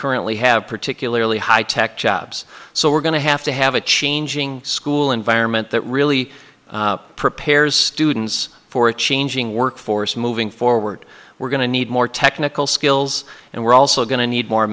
currently have particularly high tech jobs so we're going to have to have a changing school environment that really prepares students for a changing workforce moving forward we're going to need more technical skills and we're also going to need more